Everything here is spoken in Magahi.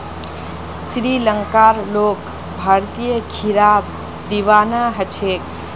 श्रीलंकार लोग भारतीय खीरार दीवाना ह छेक